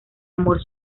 amor